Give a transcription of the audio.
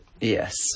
Yes